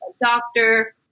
doctor